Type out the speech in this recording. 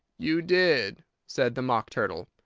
you did, said the mock turtle.